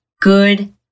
good